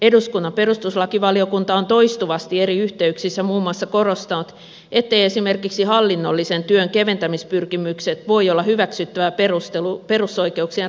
eduskunnan perustuslakivaliokunta on toistuvasti eri yhteyksissä muun muassa korostanut etteivät esimerkiksi hallinnollisen työn keventämispyrkimykset voi olla hyväksyttävä perustelu perusoikeuksien rajoittamiselle